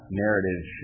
narrative